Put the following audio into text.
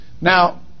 Now